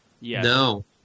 No